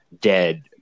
dead